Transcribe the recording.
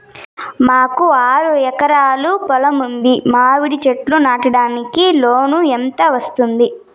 మాకు ఆరు ఎకరాలు పొలం ఉంది, మామిడి చెట్లు నాటడానికి లోను ఎంత వస్తుంది?